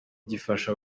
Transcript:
gifasha